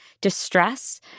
distress